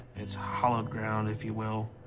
it's hallowed ground, if you will.